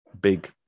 big